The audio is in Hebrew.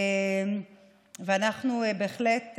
ובהחלט,